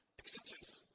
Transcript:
extensions